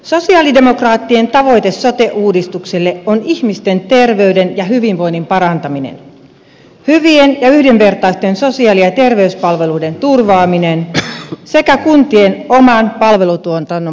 sosialidemokraattien tavoite sote uudistukselle on ihmisten terveyden ja hyvinvoinnin parantaminen hyvien ja yhdenvertaisten sosiaali ja terveyspalveluiden turvaaminen sekä kuntien oman palvelutuotannon vahvistaminen